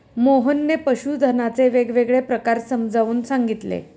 मोहनने पशुधनाचे वेगवेगळे प्रकार समजावून सांगितले